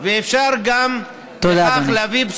ואפשר גם בכך להביא,